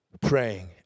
praying